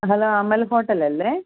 ആ ഹലോ അമൽ ഹോട്ടലല്ലേ